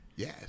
Yes